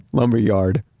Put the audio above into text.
lumberyard.